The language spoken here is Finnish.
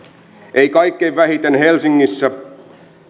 ei kaikkein vähiten helsingissä